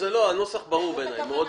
לדעתי הנוסח ברור מאוד.